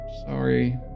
Sorry